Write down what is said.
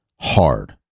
hard